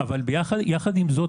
אבל יחד עם זאת,